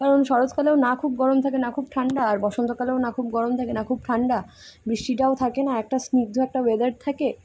কারণ শরৎকালেও না খুব গরমা থাকে না খুব ঠান্ডা আর বসন্তকালেও না খুব গরম থাকে না খুব ঠান্ডা বৃষ্টিটাও থাকে না একটা স্নিদ্ধ একটা ওয়েদার থাকে